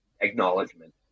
acknowledgement